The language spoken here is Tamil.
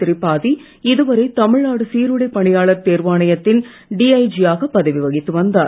திரிபாதி இதுவரை தமிழ்நாடு சீருடை பணியாளர் தேர்வாணயத்தின் டிஐஜி யாக பதவி வகித்து வந்தார்